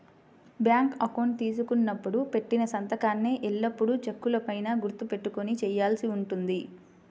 bank account తీసుకున్నప్పుడు పెట్టిన సంతకాన్నే ఎల్లప్పుడూ చెక్కుల పైన గుర్తు పెట్టుకొని చేయాల్సి ఉంటుంది